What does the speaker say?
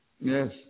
Yes